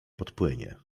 podpłynie